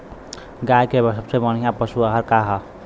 गाय के सबसे बढ़िया पशु आहार का ह?